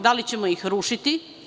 Da li ćemo ih rušiti?